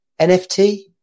nft